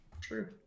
True